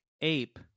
ape